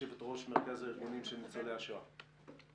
יושבת-ראש מרכז הארגונים של ניצולי השואה.